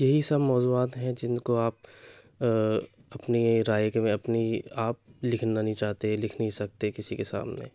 یہی سب موضوعات ہیں جن کو آپ اپنی رائے کی میں اپنی آپ لکھنا نہیں چاہتے لکھ نہیں سکتے کسی کے سامنے